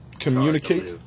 Communicate